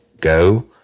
go